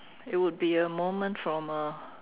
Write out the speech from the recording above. it would be a moment from uh